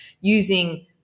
using